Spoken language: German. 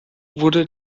wurde